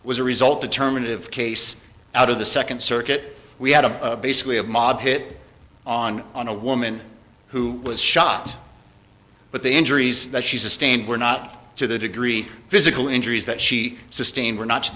was a result determinative case out of the second circuit we had a basically a mob hit on on a woman who was shot but the injuries that she sustained were not to the degree physical injuries that she sustained were not to the